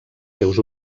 seus